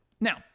Now